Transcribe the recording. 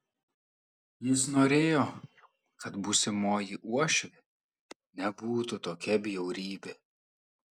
jis norėjo kad būsimoji uošvė nebūtų tokia bjaurybė